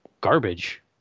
garbage